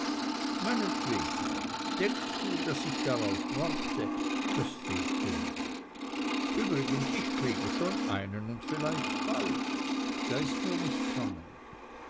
meinetwegen denkst du daß ich darauf warte das fehlte noch übrigens ich kriege schon einen und vielleicht bald da ist mir nicht bange